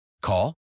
Call